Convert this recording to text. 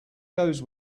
goes